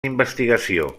investigació